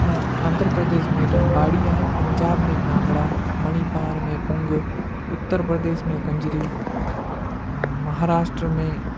आंध्र प्रदेश में लंबाड़ी आहे पंजाब में भांॻड़ा मणिपुर में पूंग उत्तर प्रदेश में कंजरी महाराष्ट्र में